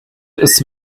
ist